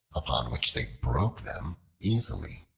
upon which they broke them easily.